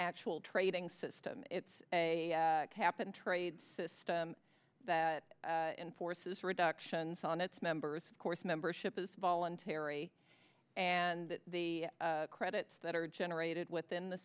actual trading system it's a cap and trade system that enforces reductions on its members of course membership is voluntary and the credits that are generated